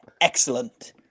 Excellent